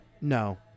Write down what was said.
No